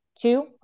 two